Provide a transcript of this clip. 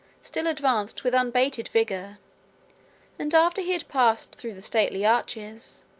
still advanced with unabated vigor and after he had passed through the stately arches,